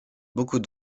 beaucoup